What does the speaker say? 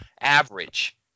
average